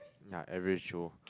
ya average Joe